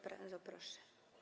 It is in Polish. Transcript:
Bardzo proszę.